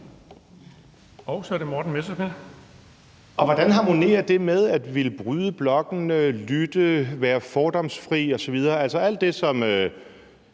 Kl. 15:13 Morten Messerschmidt (DF): Hvordan harmonerer det med at ville bryde blokkene, lytte, være fordomsfri osv., altså alt det, som